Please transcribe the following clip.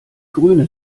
grüne